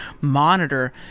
monitor